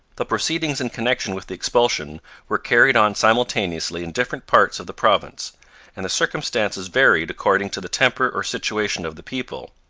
the proceedings in connection with the expulsion were carried on simultaneously in different parts of the province and the circumstances varied according to the temper or situation of the people.